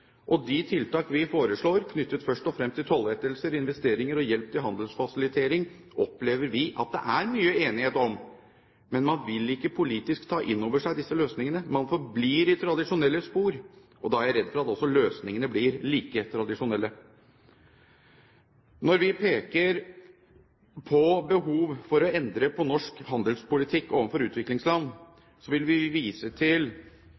De tiltak vi foreslår knyttet først og fremst til tollettelser, investeringer og hjelp til handelsfasilitering, opplever vi at det er mye enighet om, men man vil ikke politisk ta inn over seg disse løsningene. Man forblir i tradisjonelle spor, og da er jeg redd for at også løsningene blir like tradisjonelle. Når vi peker på behov for å endre på norsk handelspolitikk overfor utviklingsland, vil vi vise til